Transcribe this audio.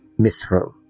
mithril